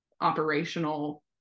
operational